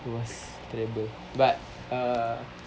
it was terrible but uh